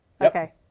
Okay